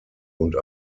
und